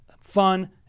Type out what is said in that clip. fun